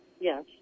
Yes